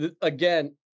again